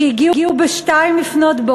שהגיעו ב-02:00,